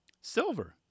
Silver